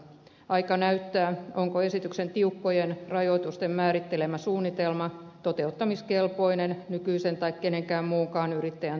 aika näyttää onko esityksen tiukkojen rajoitusten määrittelemä suunnitelma toteuttamiskelpoinen nykyisen tai kenenkään muunkaan yrittäjän toimesta